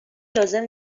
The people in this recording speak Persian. لازم